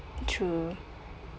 true